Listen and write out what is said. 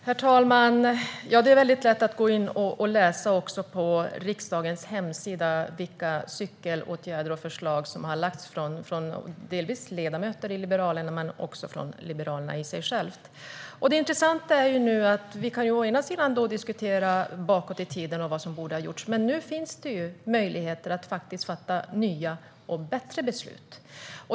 Herr talman! Det är lätt att gå in och läsa på riksdagens hemsida vilka förslag om cykelåtgärder som har lagts fram från ledamöter i Liberalerna men också från Liberalerna i sig självt. Vi kan diskutera bakåt i tiden och vad som borde ha gjorts. Det intressanta är att det nu finns möjligheter att fatta nya och bättre beslut.